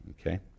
Okay